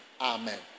Amen